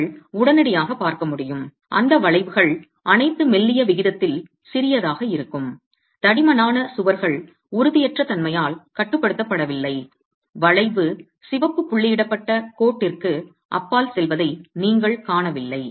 நீங்கள் உடனடியாக பார்க்க முடியும் அந்த வளைவுகள் அனைத்து மெல்லிய விகிதத்தில் சிறியதாக இருக்கும் தடிமனான சுவர்கள் உறுதியற்ற தன்மையால் கட்டுப்படுத்தப்படவில்லை வளைவு சிவப்பு புள்ளியிடப்பட்ட கோட்டிற்கு அப்பால் செல்வதை நீங்கள் காணவில்லை